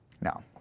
no